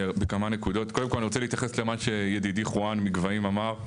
אז בכמה נקודות אני רוצה להתייחס למה שידידי יוחנן מגבהים אמר,